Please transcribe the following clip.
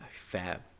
fab